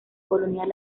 colonial